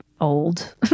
old